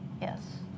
Yes